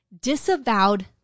disavowed